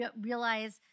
realize